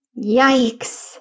Yikes